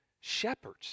Shepherds